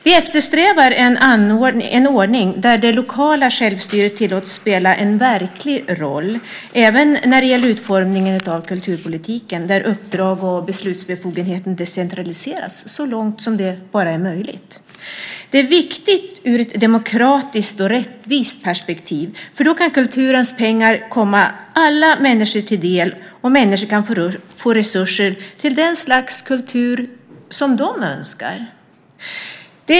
Vi eftersträvar en ordning där det lokala självstyret tillåts spela en verklig roll, även när det gäller utformningen av kulturpolitiken, där uppdrag och beslutsbefogenheter decentraliseras så långt det bara är möjligt. Detta är viktigt ur ett demokratiskt perspektiv och ett rättviseperspektiv. Då kan nämligen kulturens pengar komma alla människor till del, och människor kan få resurser till det slags kultur som de önskar.